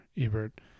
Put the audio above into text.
Ebert